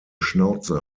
schnauze